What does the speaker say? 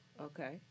Okay